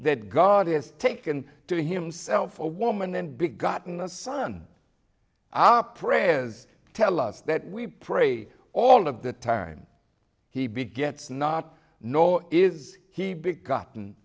that god is taken to himself a woman then big gotten a son our prayers tell us that we pray all of the time he begets not nor is he